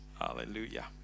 Hallelujah